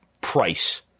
price